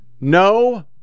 No